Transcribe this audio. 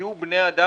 יהיו בני אדם